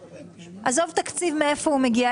עזוב תקציב, מאיפה הוא מגיע.